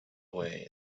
way